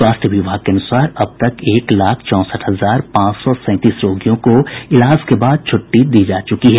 स्वास्थ्य विभाग के अनुसार अब तक एक लाख चौंसठ हजार पांच सौ सैंतीस रोगियों को इलाज के बाद छुट्टी दी जा चुकी है